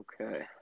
Okay